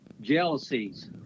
jealousies